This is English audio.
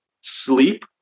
Sleep